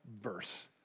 verse